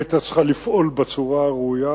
היא היתה צריכה לפעול בצורה הראויה.